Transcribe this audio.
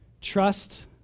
trust